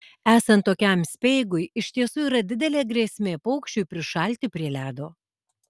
esant tokiam speigui iš tiesų yra didelė grėsmė paukščiui prišalti prie ledo